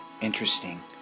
interesting